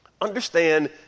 Understand